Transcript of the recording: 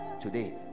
today